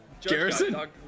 Garrison